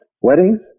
weddings